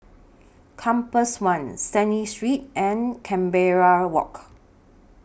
Compass one Stanley Street and Canberra Walk